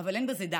אבל לא די בזה.